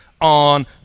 on